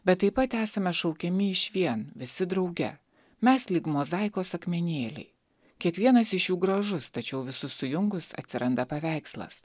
bet taip pat esame šaukiami išvien visi drauge mes lyg mozaikos akmenėliai kiekvienas iš jų gražus tačiau visus sujungus atsiranda paveikslas